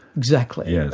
exactly. yes.